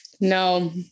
No